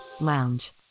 lounge